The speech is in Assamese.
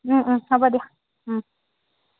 হ'ব দিয়া